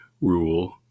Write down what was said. rule